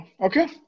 okay